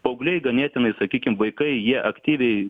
paaugliai ganėtinai sakykim vaikai jie aktyviai